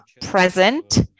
present